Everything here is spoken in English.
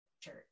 church